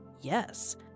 Yes